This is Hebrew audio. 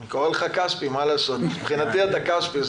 כספי, מבחינתי אתה כספי.